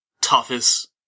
toughest